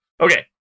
Okay